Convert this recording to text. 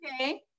okay